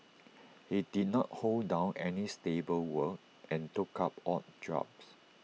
he did not hold down any stable work and took up odd jobs